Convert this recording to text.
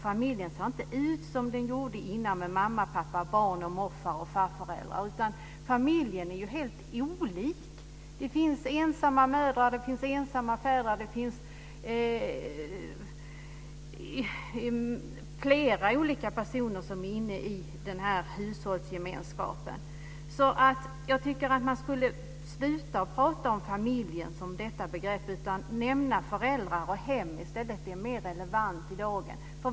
Familjen ser inte ut som tidigare med mamma, pappa, barn och mor och farföräldrar. Familjen är helt olik. Det finns ensamma mödrar och ensamma fäder. Det finns flera olika personer i den här hushållsgemenskapen. Jag tycker att man ska sluta att prata om familjen som begrepp och nämna föräldrar och hem i stället. Det är mer relevant i dag.